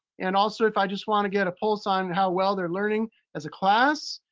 and also, if i just wanna get a pulse on how well they're learning as a class,